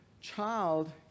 child